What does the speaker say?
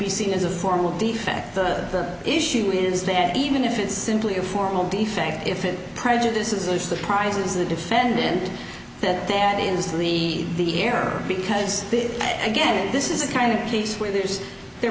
be seen as a form of defect the issue is that even if it's simply a formal defect if it prejudice is surprises the defendant that dadt is the error because again this is a kind of case where there's there